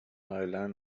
island